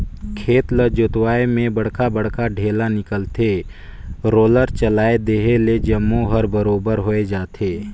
खेत ल जोतवाए में बड़खा बड़खा ढ़ेला निकलथे, रोलर चलाए देहे ले जम्मो हर बरोबर होय जाथे